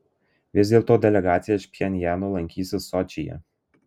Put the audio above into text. vis dėl to delegacija iš pchenjano lankysis sočyje